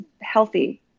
healthy